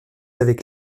avec